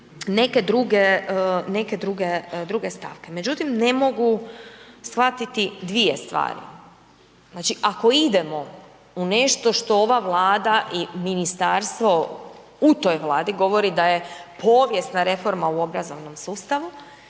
druge, druge stavke, međutim ne mogu shvatiti dvije stvari, znači ako idemo u nešto što ova Vlada i ministarstvo u toj Vladi govori da je povijesna reforma u obrazovnom sustavu,